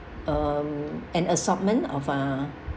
um an assortment of uh